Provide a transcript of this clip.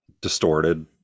distorted